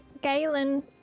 Galen